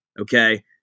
okay